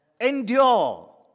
Endure